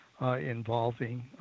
involving